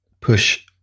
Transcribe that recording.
push